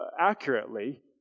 accurately